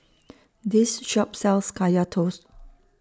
This Shop sells Kaya Toast